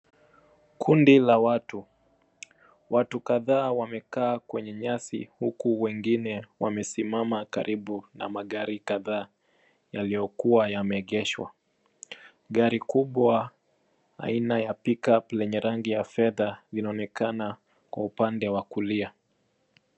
Kundi la watu, watu kadhaa wamekaa kwenye nyasi huku wengine wamesimama karibu na magari kadhaa yaliyokuwa yameegeshwa. Gari kubwa aina ya pick-up lenye rangi ya fedha inaonekana kwa upande wa kulia.